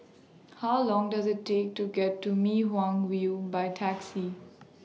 How Long Does IT Take to get to Mei Hwan View By Taxi